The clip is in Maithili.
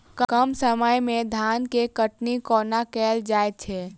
कम समय मे धान केँ कटनी कोना कैल जाय छै?